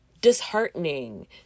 disheartening